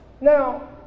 Now